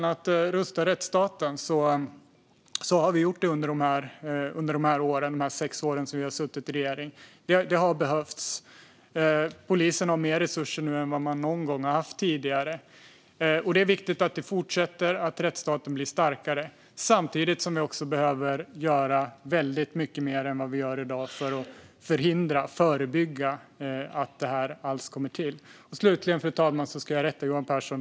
När det gäller att rusta rättsstaten har vi gjort det under de här sex åren som vi har suttit i regering. Det har behövts. Polisen har mer resurser nu än vad man någon gång tidigare har haft. Det är viktigt att det fortsätter och att rättsstaten blir starkare samtidigt som vi också behöver göra väldigt mycket mer än vad vi gör i dag för att förhindra och förebygga att det här alls sker. Slutligen, fru talman, ska jag rätta Johan Pehrson.